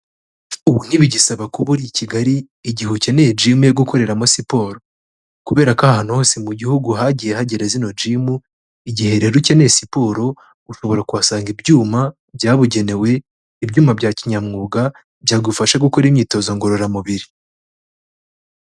Ubu ntibigisaba kuba uri i Kigali, igihe ukeneye gimu yo gukoreramo siporo, kubera ko ahantu hose mu gihugu hagiye hagera zino gimu, igihe rero ukeneye siporo ushobora kuhasanga ibyuma byabugenewe, ibyuma bya kinyamwuga byagufasha gukora imyitozo ngororamubiri.